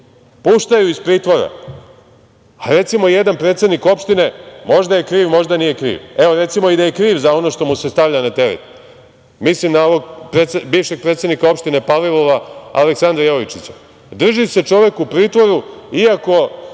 puštaju iz pritvora, a recimo jedan predsednik opštine, možda je kriv, možda nije kriv, a evo možda i da je kriv za ono što mu se stavlja na teret, mislim na bivšeg predsednika opštine Palilula Aleksandra Jovičića, drži se čovek u pritvoru iako